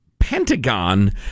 Pentagon